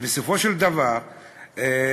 שבסופו של דבר המחלבות